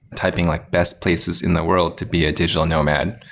typing like best places in the world to be a digital nomad,